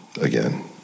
again